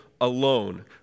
alone